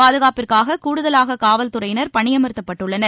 பாதுகாப்பிற்காக கூடுதலாக காவல்துறையினர் பணியமர்த்தப் பட்டுள்ளனர்